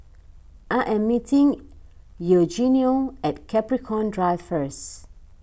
I am meeting Eugenio at Capricorn Drive first